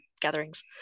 gatherings